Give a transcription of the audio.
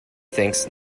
thinks